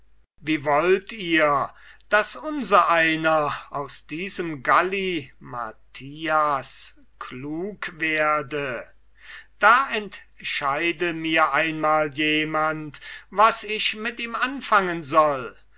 wie wollt ihr daß unser einer aus diesem galimathias klug werde da entscheide mir einmal jemand was ich mit ihm anfangen soll